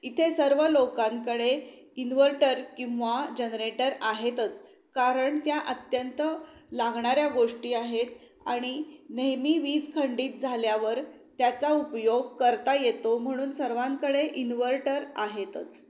इथे सर्व लोकांकडे इन्व्हर्टर किंवा जनरेटर आहेतच कारण त्या अत्यंत लागणाऱ्या गोष्टी आहेत आणि नेहमी वीज खंडीत झाल्यावर त्याचा उपयोग करता येतो म्हणून सर्वांकडे इनव्हर्टर आहेतच